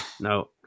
No